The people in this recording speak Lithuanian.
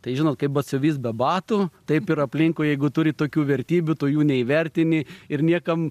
tai žinot kaip batsiuvys be batų taip ir aplinkui jeigu turi tokių vertybių tu jų neįvertini ir niekam